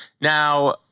Now